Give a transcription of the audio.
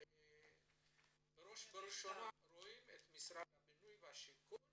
אנחנו רואים במשרד הבינוי והשיכון